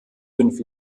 fünf